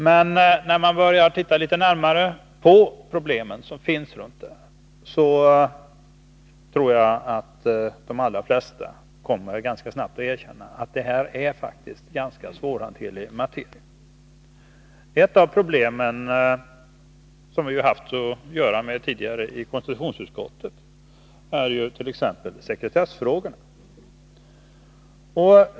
Men om vi börjar titta litet närmare på problemen, tror jag att de allra flesta av oss ganska snabbt kommer att erkänna att detta faktiskt är en ganska svårhanterlig materia. Ett av problemen som vi haft att göra med tidigare i konstitutionsutskottet gäller sekretessfrågorna.